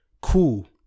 cool